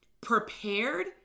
prepared